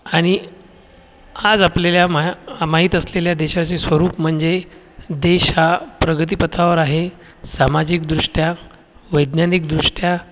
आणि आज आपल्याला माह माहीत असलेल्या देशाचे स्वरूप म्हणजे देश हा प्रगतिपथावर आहे सामाजिकदृष्ट्या वैज्ञानिकदृष्ट्या